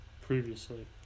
Previously